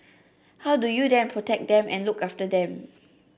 how do you then protect them and look after them